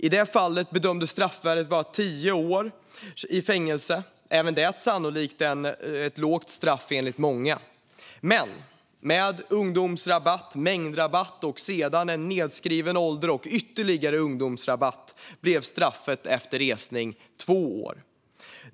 I detta fall bedömdes straffvärdet vara tio års fängelse - även det ett lågt straff enligt många. Men med ungdomsrabatt, mängdrabatt, nedskriven ålder och ytterligare en ungdomsrabatt blev straffet efter resning två år.